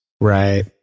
right